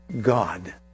God